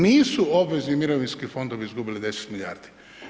Nisu obvezni mirovinski fondovi izgubili 10 milijardi.